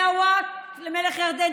מהווקף למלך ירדן.